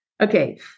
Okay